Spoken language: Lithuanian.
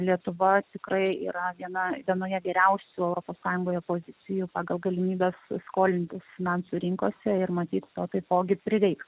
lietuva tikrai yra viena vienoje geriausių europos sąjungoje pozicijų pagal galimybes skolintis finansų rinkose ir matyt to taipogi prireiks